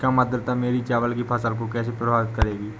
कम आर्द्रता मेरी चावल की फसल को कैसे प्रभावित करेगी?